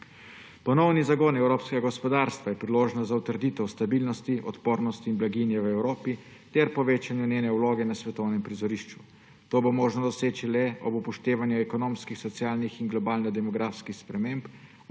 Ponovni zagon evropskega gospodarstva je priložnost za utrditev stabilnosti, odpornosti in blaginje v Evropi ter povečanje njene vloge na svetovnem prizorišču. To bo možno doseči le ob upoštevanju ekonomskih, socialnih in globalnih demografskih sprememb,